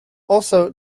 also